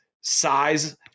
size